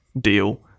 deal